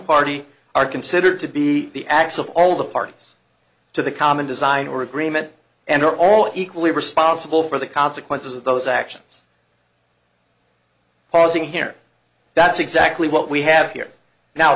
party are considered to be the acts of all the parties to the common design or agreement and are all equally responsible for the consequences of those actions causing here that's exactly what we have here now